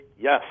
yes